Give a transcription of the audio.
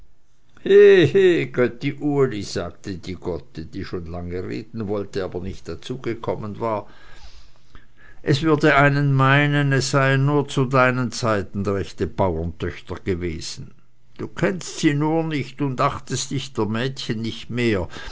he götti uli sagte die gotte die schon lange reden wollte aber nicht dazu gekommen war es würde einen meinen es seien nur zu deinen zeiten rechte baurentöchter gewesen du kennst sie nur nicht und achtest dich der mädchen nicht mehr